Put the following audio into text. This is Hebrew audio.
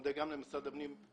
מודה גם למשרד הפנים,